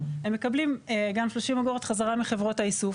הם מקבלים גם 30 אגורות חזרה מחברות האיסוף.